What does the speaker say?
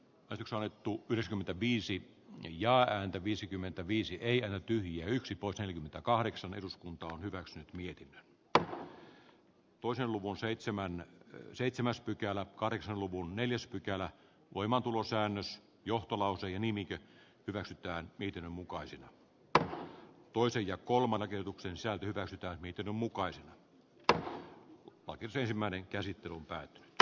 eriksonettu ylös kymmentä viisi ja ääntä viisikymmentäviisi eija ja yksi poissa i kahdeksan eduskunta on hyväksynyt mietin että tuon luvun seitsemän seitsemäs pykälää kahdeksan luvun neljäs pykälän voimaantulosäännös johto lausui nimike hyväksytään niiden mukaan synnyttää toisen ja kolmannen kerroksen säätyvä tai miten mukaisella oitis ensimmäinen käsittely on päättynyt p